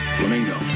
Flamingo